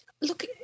look